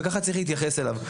וככה צריך להתייחס אליו.